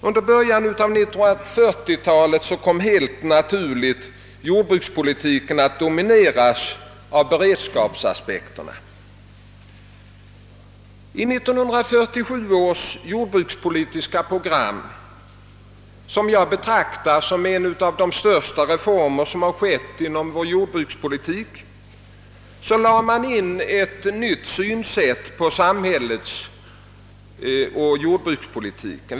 Under början av 1940-talet kom helt naturligt jordbrukspolitiken att domineras av beredskapsaspekterna. 1 1947 års jordbrukspolitiska program, som jag betraktar som en av de största reformer som genomförts inom vår jordbrukspolitik, anlade man ett nytt synsätt på samhället och jordbrukspolitiken.